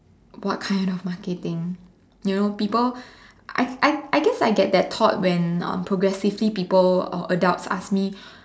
what kind of marketing you know people I I guess I get the thought when progressively people or adults ask me